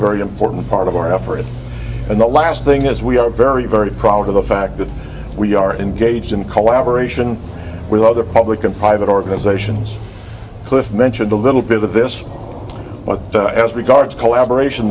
very important part of our efforts and the last thing is we are very very proud of the fact that we are engaged in collaboration with other public and private organisations cliff mentioned a little bit of this but as regards collaboration